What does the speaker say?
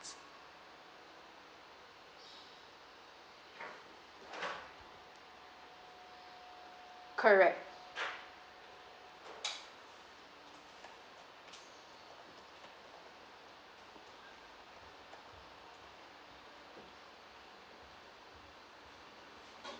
correct